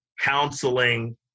counseling